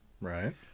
Right